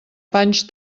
panys